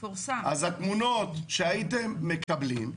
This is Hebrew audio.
התמונות שהייתם מקבלים,